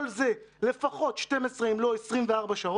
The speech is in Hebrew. כל זה לפחות 12 שעות אם לא 24 שעות.